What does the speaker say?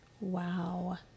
Wow